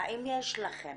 האם יש לכם